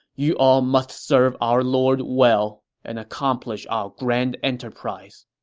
you all must serve our lord well and accomplish our grand enterprise.